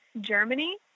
Germany